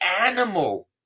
animal